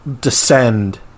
descend